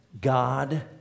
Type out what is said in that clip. God